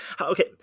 Okay